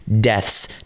death's